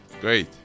Great